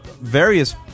various